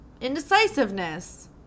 Indecisiveness